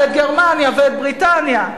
את גרמניה ואת בריטניה,